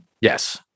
Yes